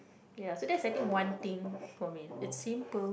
ya so that's I think one thing for me it's simple